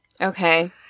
Okay